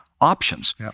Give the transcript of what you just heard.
options